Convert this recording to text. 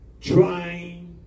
trying